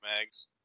mags